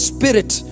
Spirit